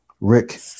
Rick